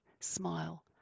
smile